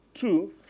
Two